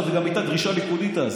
זאת הייתה דרישה ליכודית אז,